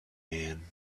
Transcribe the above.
man